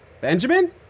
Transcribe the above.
Benjamin